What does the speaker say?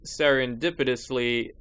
serendipitously